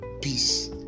Peace